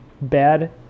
bad